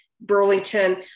Burlington